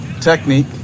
technique